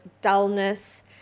dullness